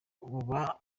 kuba